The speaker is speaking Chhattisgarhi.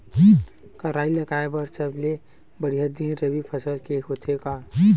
का राई लगाय बर सबले बढ़िया दिन रबी फसल के दिन होथे का?